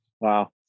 Wow